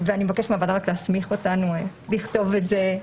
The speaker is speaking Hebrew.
ואני מבקשת מהוועדה רק להסמיך אותנו לכתוב את זה,